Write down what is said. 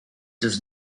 does